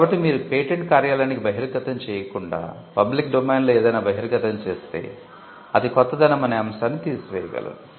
కాబట్టి మీరు పేటెంట్ కార్యాలయానికి బహిర్గతం చేయకుండా పబ్లిక్ డొమైన్లో ఏదైనా బహిర్గతం చేస్తే అది 'కొత్తదనం' అనే అంశాన్ని తీసివేయగలదు